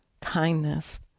kindness